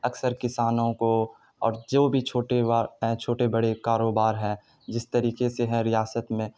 اکثر کسانوں کو اور جو بھی چھوٹے چھوٹے بڑے کاروبار ہے جس طریقے سے ہیں ریاست میں